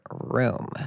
room